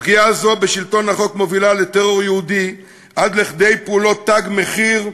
פגיעה זו בשלטון החוק מובילה לטרור יהודי עד כדי פעולות "תג מחיר",